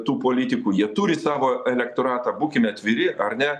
tų politikų jie turi savo elektoratą būkime atviri ar ne